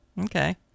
Okay